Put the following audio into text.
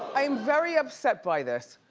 i am very upset by this.